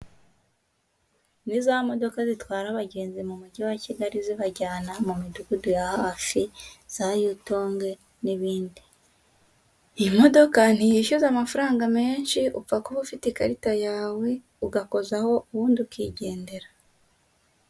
Ni za modoka zitwara abagenzi mu mujyi wa Kigali zibajyana mu midugudu ya hafi za yutonge n'ibindi, iyi modoka ntiyishyuza amafaranga menshi, upfa kuba ufite ikarita yawe ugakozaho ubundi ukigendera.